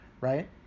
right